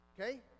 Okay